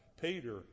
Peter